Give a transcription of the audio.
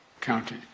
county